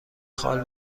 خال